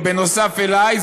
או נוסף עלי,